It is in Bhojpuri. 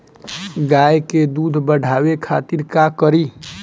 गाय के दूध बढ़ावे खातिर का करी?